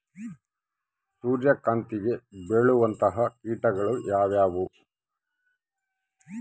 ಸೂರ್ಯಕಾಂತಿಗೆ ಬೇಳುವಂತಹ ಕೇಟಗಳು ಯಾವ್ಯಾವು?